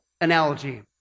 analogy